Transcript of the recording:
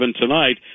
tonight